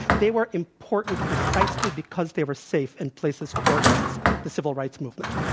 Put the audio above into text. they were important precisely because they were safe and places to organize the civil rights movement.